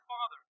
Father